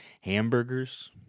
hamburgers